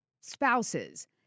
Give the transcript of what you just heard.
spouses